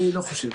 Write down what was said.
אני לא חושב.